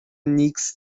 نیکز